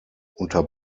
unter